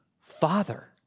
Father